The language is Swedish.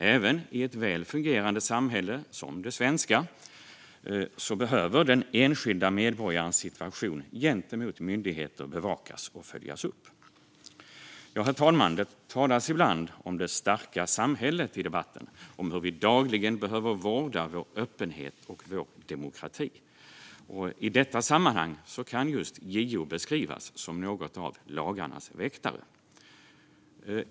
Även i ett väl fungerande samhälle som det svenska behöver den enskilda medborgarens situation gentemot myndigheter bevakas och följas upp. Herr talman! Det talas ibland om det starka samhället i debatten, om hur vi dagligen behöver vårda vår öppenhet och vår demokrati. I detta sammanhang kan just JO beskrivas som något av lagarnas väktare.